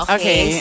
Okay